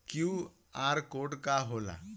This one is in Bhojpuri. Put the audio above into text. क्यू.आर कोड का होला?